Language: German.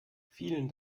vielen